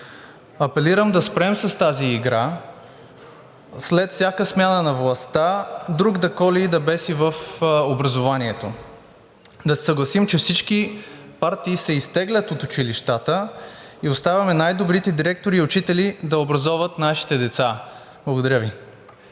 Апелирам да спрем с тази игра – след всяка смяна на властта друг да коли и да беси в образованието. Да се съгласим, че всички партии се изтеглят от училищата и оставаме най-добрите директори и учители да образоват нашите деца. Благодаря Ви.